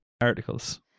articles